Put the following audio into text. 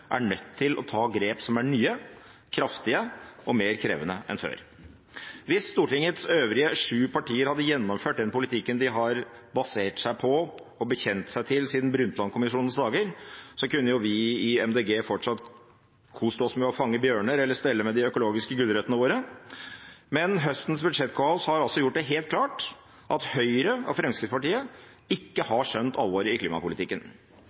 er nødt til å ta grep som er nye, kraftige og mer krevende enn før. Hvis Stortingets øvrige sju partier hadde gjennomført den politikken de har basert seg på og bekjent seg til siden Brundtland-kommisjonens dager, kunne vi i Miljøpartiet De Grønne fortsatt kost oss med å fange bjørner eller stelle med de økologiske gulrøttene våre. Men høstens budsjettkaos har gjort det helt klart at Høyre og Fremskrittspartiet ikke har skjønt alvoret i klimapolitikken.